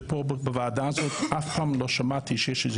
פה בוועדה הזאת אף פעם לא שמעתי שיש איזושהי